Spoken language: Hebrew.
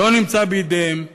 לא נמצא בידיהם.